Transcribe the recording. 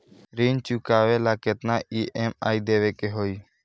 ऋण चुकावेला केतना ई.एम.आई देवेके होई?